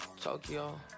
tokyo